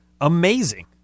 Amazing